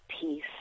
peace